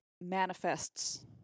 manifests